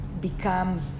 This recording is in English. become